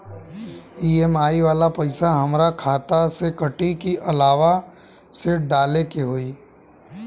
EMI वाला पैसा हाम्रा खाता से कटी की अलावा से डाले के होई?